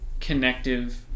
connective